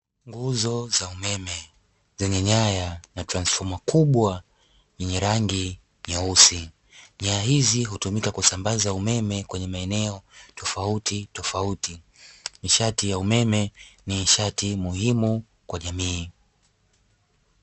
Nguzo za umeme zenye nyaya na transifoma kubwa yenye rangi nyeusi, nyaya hizi hutumika kusambaza umeme kwenye maeneo tofautitofauti. Nishati ya umeme ni nishati muhimu kwa jamii.